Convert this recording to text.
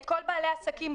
את כל בעלי העסקים.